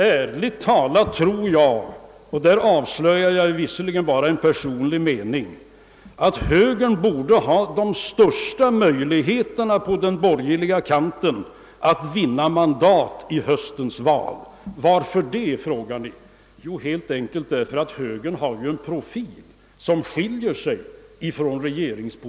Ärligt talat tror jag — härmed avslöjar jag visserligen bara en personlig mening — att högern borde ha de största möjligheterna på den borgerliga kanten att vinna mandat i höstens val. Varför det, frågar ni. Jo, helt enkelt därför att högern har en profil som skiljer sig från regeringens.